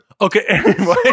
okay